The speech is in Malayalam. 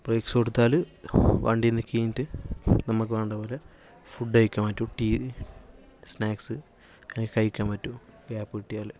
ബ്രേക്ക്സ് കൊടുത്താല് വണ്ടി ഇപ്പം നമുക്ക് വേണ്ടത് പോലെ ഫുഡ് കഴിക്കാന് പറ്റും റ്റി സ്നാക്സ് കഴിക്കാൻ പറ്റും ഗ്യാപ്പ് കിട്ടിയാല്